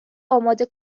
اماده